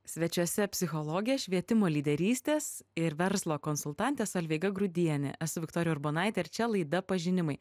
svečiuose psichologė švietimo lyderystės ir verslo konsultantė solveiga grudienė esu viktorija urbonaitė ir čia laida pažinimai